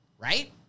right